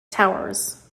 towers